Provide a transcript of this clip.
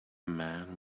man